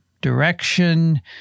direction